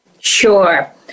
Sure